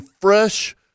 fresh